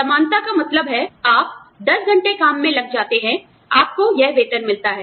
समानता का मतलब है आप 10 घंटे काम में लग जाते हैंआपको यह वेतन मिलता है